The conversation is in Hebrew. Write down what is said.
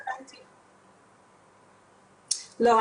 לא.